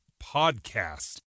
podcast